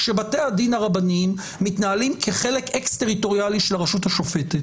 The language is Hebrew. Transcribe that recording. שבתי הדין הרבניים מתנהלים כחלק אקס-טריטוריאלי של הרשות השופטת,